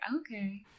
okay